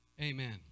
Amen